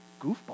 goofball